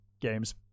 games